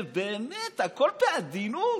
ובאמת הכול בעדינות.